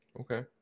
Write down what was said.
Okay